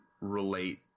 relate